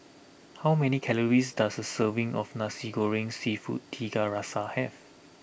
How many calories does a serving of Nasi Goreng Seafood Tiga Rasa have